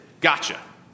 Gotcha